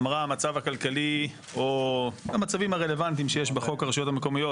אמרה המצב הכלכלי או המצבים הרלוונטיים שיש בחוק הרשויות המקומיות,